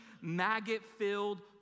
maggot-filled